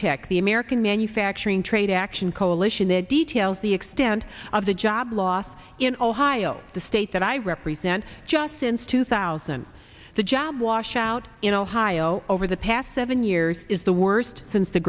tech the american manufacturing trade action coalition that details the extent of the job loss in ohio the state that i represent just since two thousand the job washout in ohio over the past seven years is the worst since the